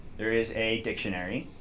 there is a dictionary.